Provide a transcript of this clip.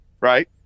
Right